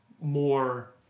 more